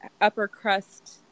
upper-crust